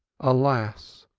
alas,